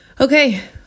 Okay